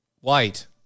White